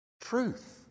truth